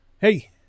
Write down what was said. Hey